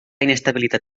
inestabilitat